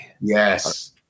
Yes